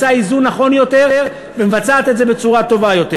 עושה איזון נכון יותר ומבצעת את זה בצורה טובה יותר.